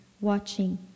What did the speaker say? watching